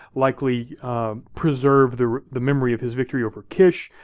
likely preserved the the memory of his victory over kish,